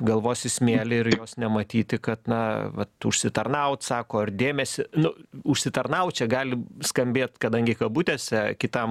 galvos į smėlį ir jos nematyti kad na vat užsitarnaut sako ar dėmesį nu užsitarnaut čia gali skambėt kadangi kabutėse kitam